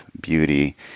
beauty